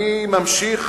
אני ממשיך